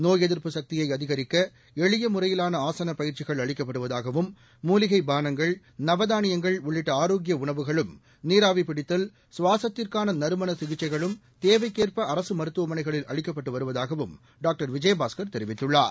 நோய் எதிர்ப்பு சக்தியை அதிகரிக்க எளிய முறையிலான அளிக்கப்படுவதாகவும் மூலிகை பானங்கள் நவதானியங்கள் உள்ளிட்ட ஆரோக்கிய உணவுகளும் நீராவி பிடித்தல் கவாசத்திற்கான நறுமண சிகிச்சைகளும் தேவைக்கேற்ப அரசு மருத்துவமனைகளில் அளிக்கப்பட்டு வருவதாகவும் டாக்டர் விஜயபாஸ்கர் தெரிவித்துள்ளார்